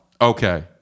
Okay